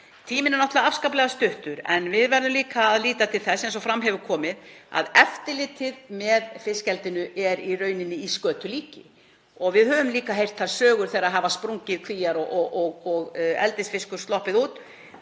Tíminn er náttúrulega afskaplega stuttur. En við verðum líka að líta til þess, eins og fram hefur komið, að eftirlitið með fiskeldinu er í raun í skötulíki. Við höfum líka heyrt þær sögur, þegar kvíar hafa sprungið og eldisfiskur sloppið út,